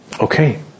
Okay